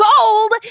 gold